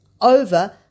over